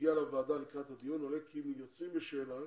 שהגיעה לוועדה לקראת הדיון עולה כי היוצאים בשאלה